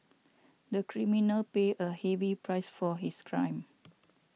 the criminal paid a heavy price for his crime